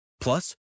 Plus